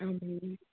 ஆ ம் ம்